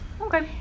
Okay